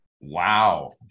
Wow